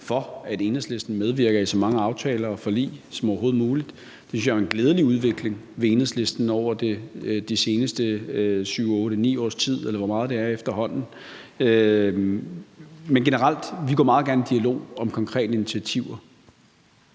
for, at Enhedslisten medvirker i så mange aftaler og forlig som overhovedet muligt. Det synes jeg er en glædelig udvikling hos Enhedslisten over de sidste 7, 8, 9 års tid, eller hvor meget det er efterhånden. Men generelt kan jeg sige, at vi meget gerne går i dialog om konkrete initiativer.